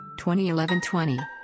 2011-20